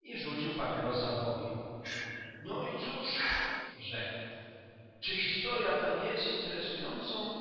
i rzucił papierosa w ogień no i cóż rzekł czy historya ta nie jest interesującą